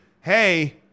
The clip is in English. hey